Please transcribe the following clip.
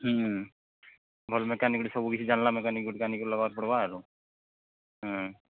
ଭଲ୍ ମେକାନିକ୍ଟେ ସବୁ କିଛି ଜାଣିଲା ମେକାନିକ୍ ଗୋଟେ ଆନିକି ଲଗାର୍ ପଡ଼ବା ଆରୁ